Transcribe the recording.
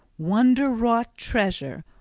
wonder-wrought treasure,